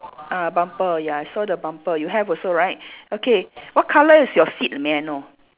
ah bumper ya I saw the bumper you have also right okay what colour is your seat may I know